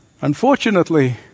Unfortunately